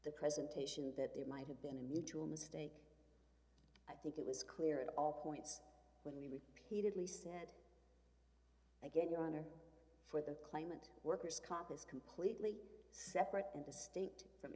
the presentation that there might have been a mutual mistake i think it was clear at all points he repeatedly said again your honor for the claimant worker's comp is completely separate and distinct from